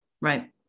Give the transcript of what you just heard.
Right